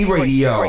Radio